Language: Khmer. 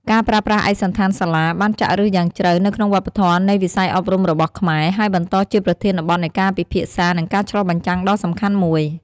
ការប្រើប្រាស់ឯកសណ្ឋានសាលាបានចាក់ឫសយ៉ាងជ្រៅនៅក្នុងវប្បធម៌នៃវិស័យអប់រំរបស់ខ្មែរ ហើយបន្តជាប្រធានបទនៃការពិភាក្សា និងការឆ្លុះបញ្ចាំងដ៏សំខាន់មួយ។